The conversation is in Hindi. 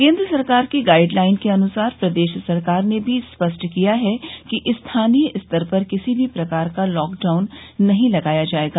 केन्द्र सरकार की गाइड लाइन के अनुसार प्रदेश सरकार ने भी स्पष्ट किया है कि स्थानीय स्तर पर किसी भी प्रकार का लॉक डाउन नहीं लगाया जायेगा